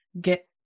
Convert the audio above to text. get